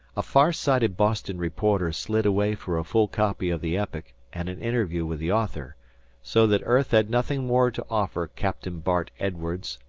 a far-sighted boston reporter slid away for a full copy of the epic and an interview with the author so that earth had nothing more to offer captain bart edwardes,